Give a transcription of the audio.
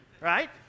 Right